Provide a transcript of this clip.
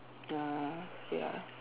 uh ya